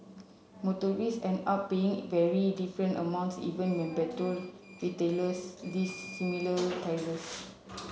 motorists end up paying very different amounts even member to retailers list similar prices